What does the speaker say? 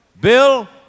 Bill